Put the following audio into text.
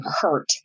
hurt